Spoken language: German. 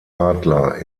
adler